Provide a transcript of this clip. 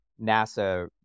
NASA